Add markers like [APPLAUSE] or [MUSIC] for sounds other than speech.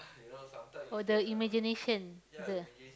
[NOISE] oh the imagination the